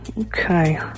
Okay